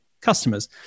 customers